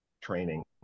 training